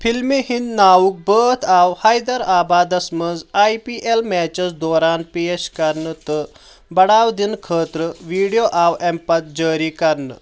فِلمہِ ہِنٛدۍ ناوُک بٲتھ آو حیدرآبادس منٛز آی پی ایٚل میچس دوران پیش کرنہٕ تہٕ بَڑاو دِنہٕ خٲطرٕ ویٖڈیو آو امہِ پتہٕ جٲری کرنہٕ